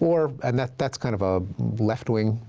or, and that's kind of a left wing